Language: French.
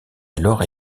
alors